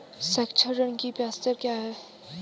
शैक्षिक ऋण की ब्याज दर क्या है?